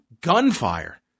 gunfire